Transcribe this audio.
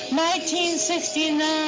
1969